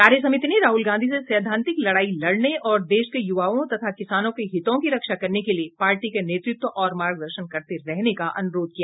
कार्य समिति ने राहुल गांधी से सैद्वांतिक लड़ाई लड़ने और देश के युवाओं तथा किसानों के हितों की रक्षा करने के लिए पार्टी का नेतृत्व और मार्गदर्शन करते रहने का अनुरोध किया